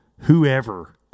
Whoever